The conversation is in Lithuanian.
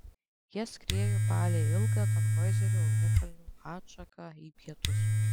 jie skriejo palei ilgą tanhoizerio ugnikalnių atšaką į pietus